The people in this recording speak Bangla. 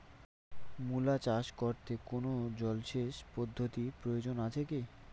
মূলা চাষ করতে কোনো জলসেচ পদ্ধতির প্রয়োজন আছে কী?